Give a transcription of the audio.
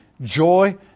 joy